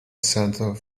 center